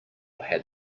had